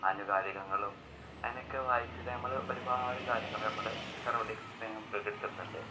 ആനുകാലികങ്ങളും അതിനൊക്കെ വായിച്ചിട്ട് നമ്മൾ ഒരുപാട് കാര്യങ്ങൾ നമ്മുടെ സറൗണ്ടിങ്സ് നമുക്ക് കിട്ടുന്നുണ്ട്